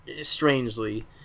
strangely